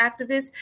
activists